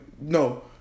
No